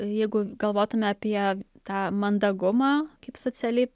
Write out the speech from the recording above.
jeigu galvotume apie tą mandagumą kaip socialiai